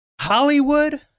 Hollywood